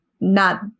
not-